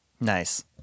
Nice